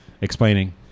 explaining